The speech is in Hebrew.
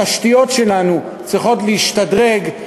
התשתיות שלנו צריכות להשתדרג,